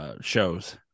shows